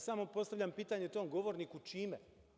Samo postavljam pitanje tom govorniku – čime?